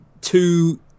two